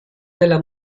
della